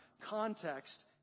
context